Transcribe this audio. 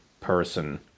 person